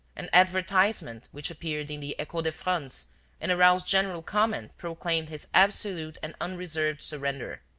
an advertisement which appeared in the echo de france and aroused general comment proclaimed his absolute and unreserved surrender.